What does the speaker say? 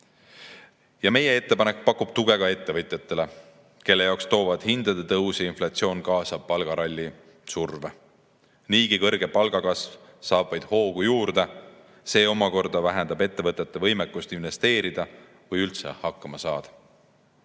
tugi. Meie ettepanek pakub tuge ka ettevõtjatele, kelle jaoks toovad hindade tõus ja inflatsioon kaasa palgaralli surve. Niigi suur palgakasv saab vaid hoogu juurde, see omakorda vähendab ettevõtete võimekust investeerida või üldse hakkama saada.